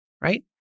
right